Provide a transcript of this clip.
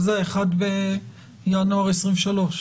מה זה 1 בינואר 2023?